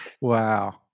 Wow